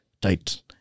Tight